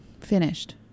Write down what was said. finished